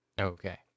Okay